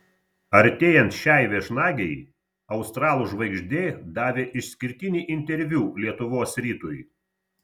artėjant šiai viešnagei australų žvaigždė davė išskirtinį interviu lietuvos rytui